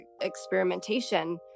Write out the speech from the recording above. experimentation